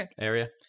area